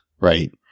right